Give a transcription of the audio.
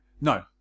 No